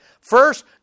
First